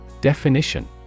Definition